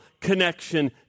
connection